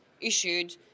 issued